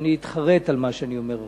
שאני אתחרט על מה שאני אומר עכשיו.